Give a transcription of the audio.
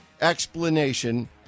explanation